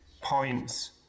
points